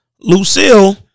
Lucille